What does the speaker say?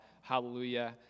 hallelujah